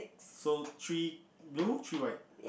so three blue three white